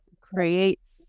creates